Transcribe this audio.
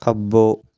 అబ్బో